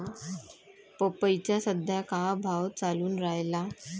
पपईचा सद्या का भाव चालून रायला?